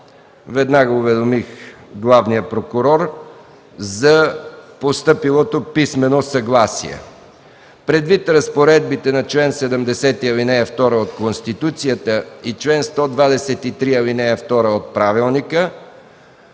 Веднага уведомих главния прокурор за постъпилото писмено съгласие. Предвид разпоредбите на чл. 70, ал. 2 от Конституцията и чл. 123, ал. 2 от Правилника